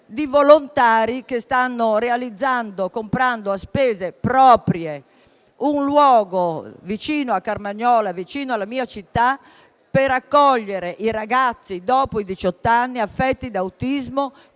di volontari che sta acquistando a spese proprie un luogo vicino a Carmagnola, la mia città, per accogliere i ragazzi dopo i 18 anni affetti da autismo